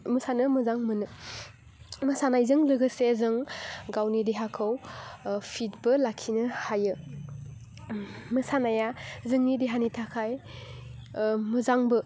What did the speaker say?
मोसानो मोजां मोनो मोसानायजों लोगोसे जों गावनि देहाखौ फिटबो लाखिनो हायो मोसानाया जोंनि देहानि थाखाय मोजांबो